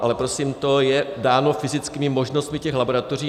Ale prosím, to je dáno fyzickými možnostmi těch laboratoří.